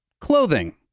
clothing